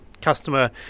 customer